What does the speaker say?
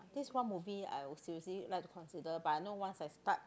this one movie I will seriously like to consider but I know once I start